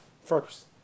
first